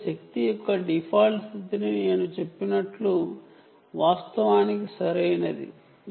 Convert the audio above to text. tag యొక్క default స్థితి power on state నేను చెప్పినట్లు వాస్తవానికి అది టార్గెట్ A